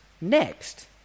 next